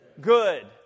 Good